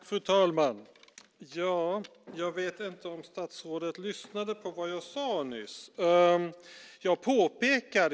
Fru talman! Jag vet inte om statsrådet lyssnade på vad jag sade nyss.